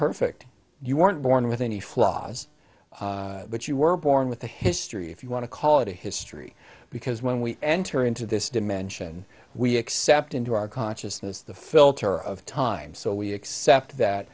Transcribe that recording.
perfect you weren't born with any flaws but you were born with a history if you want to call it a history because when we enter into this dimension we accept into our consciousness the filter of time so we accept that